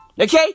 Okay